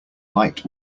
light